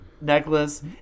necklace